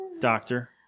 doctor